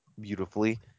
beautifully